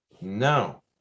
No